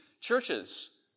churches